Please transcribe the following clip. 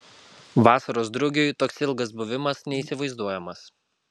vasaros drugiui toks ilgas buvimas neįsivaizduojamas